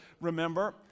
remember